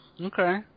Okay